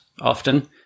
often